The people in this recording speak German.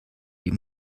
die